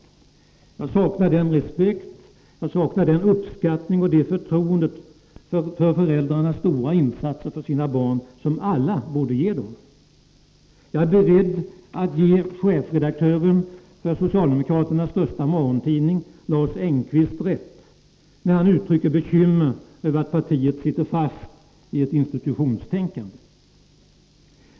Likaså saknar jag den respekt, den uppskattning och det förtroende för föräldrarnas stora insatser för sina barn som alla borde visa dem. Jag är beredd att ge chefredaktören för socialdemokraternas största morgontidning — Lars Engqvist — rätt när han uttalar bekymmer över att partiet sitter fast i ett institutionstänkande.